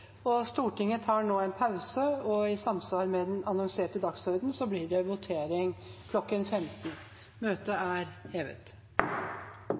og Stortinget tar nå en pause. I samsvar med den annonserte dagsorden blir det votering kl. 15.